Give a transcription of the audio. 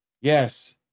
Yes